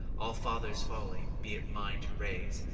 all-father folly! be it mine to raise,